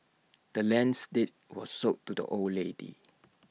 the land's deed was sold to the old lady